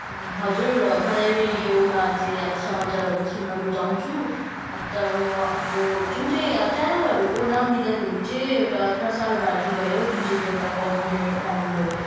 हजुर मलाई रेडियोमा चाहिँ अब समाचारहरू सुन्न रुचाउँछु अन्त अब अब जुन चाहिँ च्यानलहरूको नाम लिँदाखेरि चाहिँ एउटा प्रसार भारती भयो जुन चाहिँ त्यो एउटा गभर्मेन्ट अन्डर हो